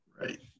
Right